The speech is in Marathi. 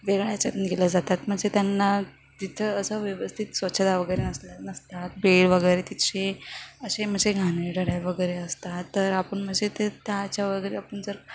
वेगळा ह्याच्यातून गेल्या जातात म्हणजे त्यांना तिथं असं व्यवस्थित स्वच्छता वगैरे नसल्या नसतात बेळ वगैरे तिथचे असे मशे घाणेरडे टायप वगैरे असतात तर आपण म्हणजे ते त्या ह्याच्या वगैरे आपण जर